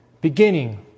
Beginning